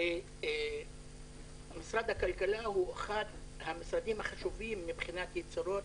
הרי משרד הכלכלה הוא אחד המשרדים החשובים מבחינת יצירת